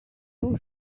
two